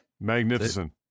Magnificent